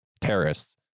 terrorists